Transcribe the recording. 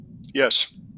Yes